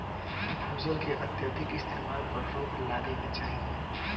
भू जल के अत्यधिक इस्तेमाल पर रोक लागे के चाही